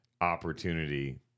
opportunity